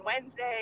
Wednesday